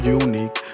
unique